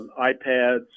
iPads